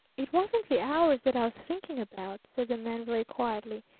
it wasn't the hours that i was thinking about, said the man very quietly.